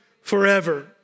forever